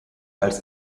als